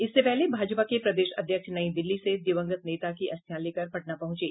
इससे पहले भाजपा के प्रदेश अध्यक्ष नई दिल्ली से दिवंगत नेता की अस्थियां लेकर पटना पहुंचे